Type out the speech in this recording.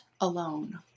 alone